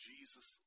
Jesus